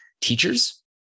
teachers